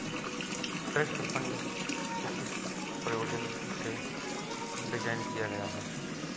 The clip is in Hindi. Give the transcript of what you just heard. ट्रस्ट फंड को किस प्रयोजन से डिज़ाइन किया गया है?